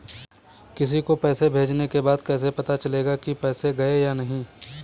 किसी को पैसे भेजने के बाद कैसे पता चलेगा कि पैसे गए या नहीं?